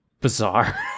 bizarre